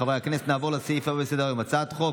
חברי הכנסת, נעבור לסעיף הבא בסדר-היום, הצעת חוק